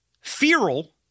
feral